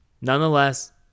Nonetheless